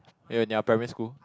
when you're in primary school